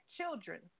children